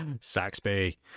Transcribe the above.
saxby